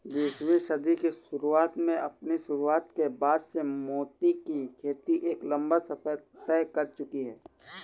बीसवीं सदी की शुरुआत में अपनी शुरुआत के बाद से मोती की खेती एक लंबा सफर तय कर चुकी है